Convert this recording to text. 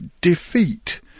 defeat